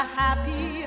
happy